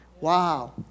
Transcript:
Wow